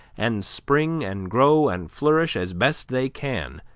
and spring and grow and flourish as best they can,